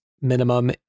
minimum